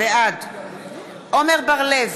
בעד עמר בר-לב,